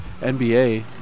NBA